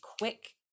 quick